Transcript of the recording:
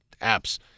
apps